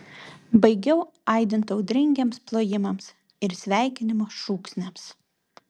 baigiau aidint audringiems plojimams ir sveikinimo šūksniams